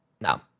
No